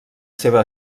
seva